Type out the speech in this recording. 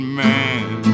man